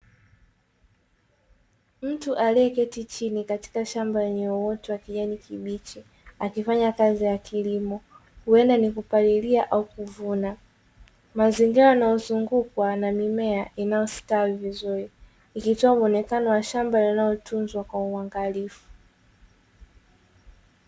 Mtu aliyeketi chini katika shamba lenye uoto wa kijani kibichi, akifanya kazi ya kilimo, huenda ni kupalilia au kuvuna, mazingira yanayozungukwa na mimea inayostawi vizuri, ikitoa muonekano wa shamba linalotunzwa kwa uangalifu.